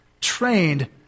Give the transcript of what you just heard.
trained